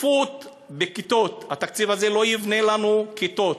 הצפיפות בכיתות, התקציב הזה לא יבנה לנו כיתות,